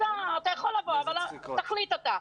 אתה יכול לבוא אבל תחליט אתה.